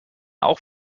auch